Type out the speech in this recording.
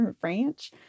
French